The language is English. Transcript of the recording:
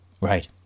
right